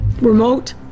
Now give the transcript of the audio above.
Remote